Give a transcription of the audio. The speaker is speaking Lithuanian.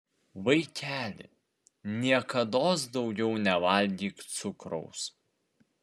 vaikeli niekados daugiau nevalgyk cukraus